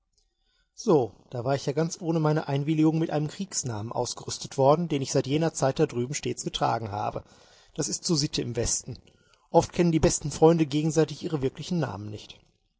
so da war ich ja ganz ohne meine einwilligung mit einem kriegsnamen ausgerüstet worden den ich seit jener zeit da drüben stets getragen habe das ist so sitte im westen oft kennen die besten freunde gegenseitig ihre wirklichen namen nicht